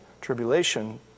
tribulation